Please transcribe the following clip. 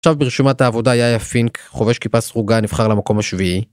עכשיו ברשומת העבודה יא יא פינק חובש כיפה סרוגה נבחר למקום השביעי.